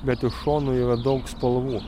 bet iš šono yra daug spalvų